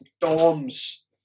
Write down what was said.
DOMS